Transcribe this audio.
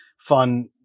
fun